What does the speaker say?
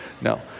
No